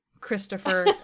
Christopher